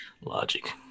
Logic